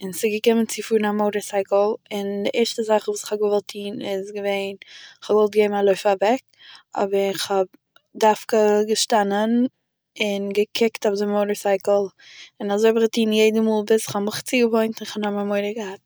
און ס'געקומען צו פארן א מאטארסייקל און די ערשטע זאך וואס כ'האב געוואלט טוהן איז געווען, כ'האב געוואלט געבן א לויף אוועק, אבער כ'האב דווקא געשטאנען און געקוקט אויף די מאטארסייקל, און אזוי האב איך געטוהן יעדע מאל ביז איך האב מיך צוגעוואוינט און מער נישט מורא געהאט